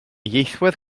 ieithwedd